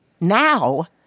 Now